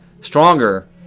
stronger